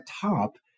top